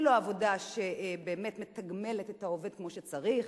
היא לא עבודה שבאמת מתגמלת את העובד כמו שצריך.